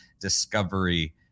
discovery